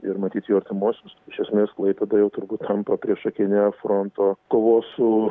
ir matyt jo artimuosius iš esmės klaipėda jau turbūt tampa priešakine fronto kovos su